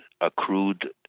accrued